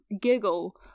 giggle